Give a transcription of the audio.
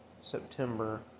September